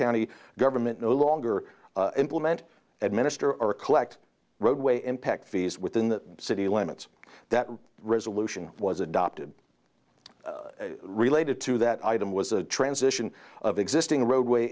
county government no longer implement administer or collect roadway impact fees within the city limits that resolution was adopted related to that item was a transition of existing roadway